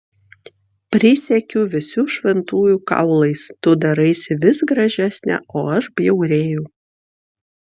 prisiekiu visų šventųjų kaulais tu daraisi vis gražesnė o aš bjaurėju